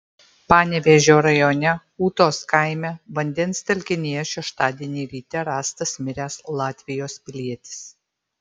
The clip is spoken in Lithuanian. panevėžio rajone ūtos kaime vandens telkinyje šeštadienį ryte rastas miręs latvijos pilietis